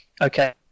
okay